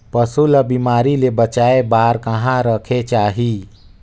पशु ला बिमारी ले बचाय बार कहा रखे चाही?